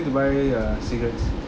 need to buy err cigarettes